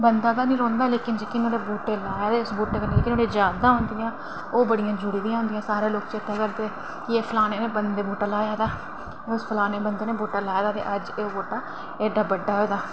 बंदा निं रौहंदा पर जेह्ड़े उन्ने बूह्टे लाए न ते उस कन्नै ओह्दियां यादां औंदियां न ओह् बड़ियां जुड़ी दियां होंदियां सारे लोक केह् करदे के एह् फलानै बंदे नै बूह्टा लाए दा एह् फलानै बंदे नै बूह्टा लाए दा ते अज्ज ओह् बूह्टा एड्डा बड्डा होये दा ऐ